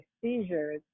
seizures